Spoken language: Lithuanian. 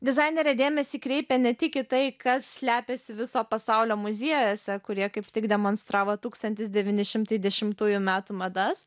dizainerė dėmesį kreipia ne tik į tai kas slepiasi viso pasaulio muziejuose kurie kaip tik demonstravo tūkstantis devyni šimtai dešimtųjų metų madas